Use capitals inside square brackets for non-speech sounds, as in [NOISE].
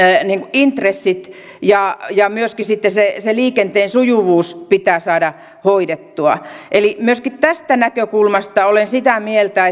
intressit ja ja myöskin sitten se se liikenteen sujuvuus pitää saada hoidettua eli myöskin tästä näkökulmasta olen sitä mieltä [UNINTELLIGIBLE]